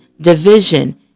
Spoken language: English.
division